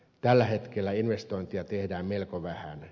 tällä hetkellä investointeja tehdään melko vähän